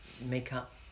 makeup